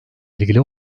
ilgili